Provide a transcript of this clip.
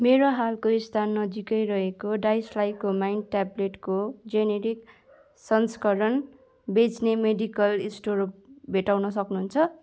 मेरो हालको स्थान नजिकै रहेको डाइस्लाइकोमाइन ट्याब्लेटको जेनेरिक संस्करण बेच्ने मेडिकल स्टोर भेट्टाउन सक्नुहुन्छ